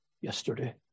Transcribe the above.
yesterday